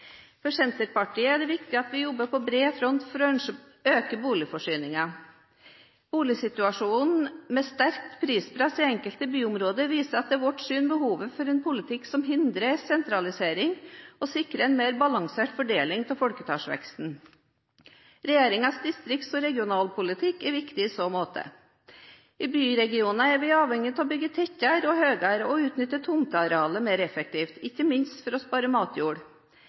For Senterpartiet er det viktig at vi jobber på bred front for å øke boligforsyningen. Boligsituasjonen med sterkt prispress i enkelte byområder viser etter vårt syn behovet for en politikk som hindrer sentralisering og sikrer en mer balansert fordeling av folketallsveksten. Regjeringens distrikts- og regionalpolitikk er viktig i så måte. I byregioner er vi avhengige av å bygge tettere og høyere og utnytte tomtearealet mer effektivt, ikke minst for å spare matjord.